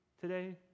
today